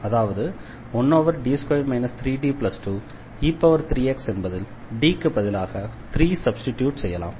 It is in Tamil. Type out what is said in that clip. அதாவது 1D2 3D2e3x என்பதில் D க்கு பதிலாக 3 சப்ஸ்டிட்யூட் செய்யலாம்